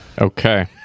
Okay